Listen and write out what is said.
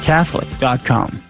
Catholic.com